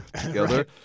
together